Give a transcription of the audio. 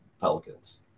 Pelicans